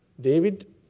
David